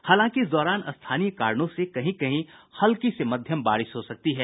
हालांकि इस दौरान स्थानीय कारणों से कहीं कहीं हल्की से मध्यम बारिश हो सकती है